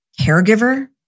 caregiver